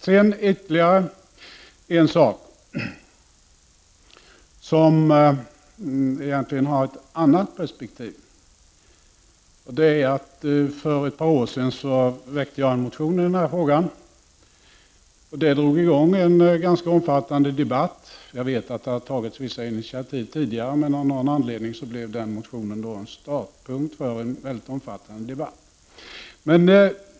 Sedan ytterligare en sak som har ett annat perspektiv. För ett par år sedan väckte jag en motion i denna fråga. Det drog i gång en ganska omfattande debatt. Jag vet att det hade tagits initiativ tidigare, men av någon anledning blev denna min motion en startpunkt för en väldigt omfattande debatt.